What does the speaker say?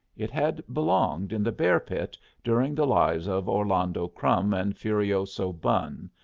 it had belonged in the bear-pit during the lives of orlando crumb and furioso bun,